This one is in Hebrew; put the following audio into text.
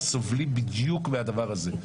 סובלים בדיוק מהדבר הזה.